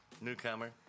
Newcomer